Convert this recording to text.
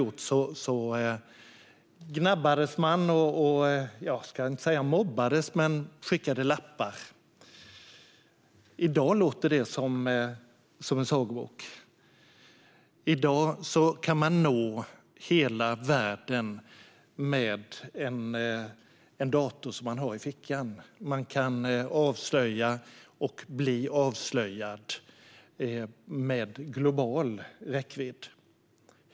Jag skulle inte säga att man mobbade, men man skickade lappar. I dag låter det som en sagobok. I dag kan man nå hela världen med en dator som man har i fickan. Man kan avslöja och bli avslöjad med global räckvidd.